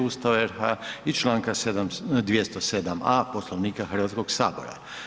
Ustava RH i članaka 207. a Poslovnika Hrvatskog sabora.